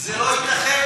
זה לא ייתכן.